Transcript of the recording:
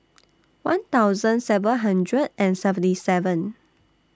one thousand seven hundred and seventy seven